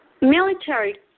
Military